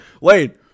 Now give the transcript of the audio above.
Wait